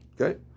Okay